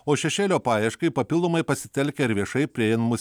o šešėlio paieškai papildomai pasitelkia ir viešai prieinamus